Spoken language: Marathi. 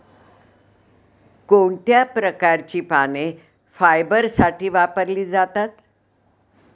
कोणत्या प्रकारची पाने फायबरसाठी वापरली जातात?